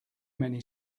many